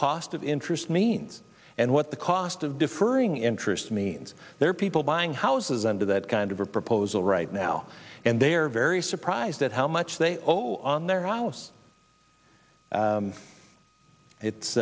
cost of interest means and what the cost of deferring interest means there are people buying houses under that kind of a proposal right now and they're very surprised at how much they owe on their house it's